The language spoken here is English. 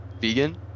vegan